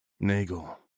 Nagel